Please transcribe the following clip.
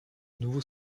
nouveau